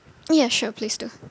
yeah sure please do